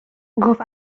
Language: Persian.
گفت